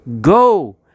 Go